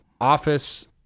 office